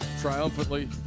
triumphantly